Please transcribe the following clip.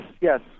yes